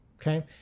okay